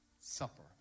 Supper